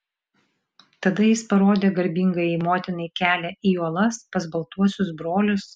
tada jis parodė garbingajai motinai kelią į uolas pas baltuosius brolius